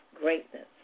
greatness